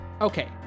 Okay